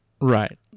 Right